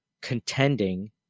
contending